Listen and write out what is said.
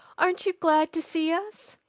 aren't you glad to see us?